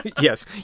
yes